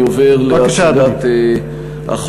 אני עובר להצעת החוק.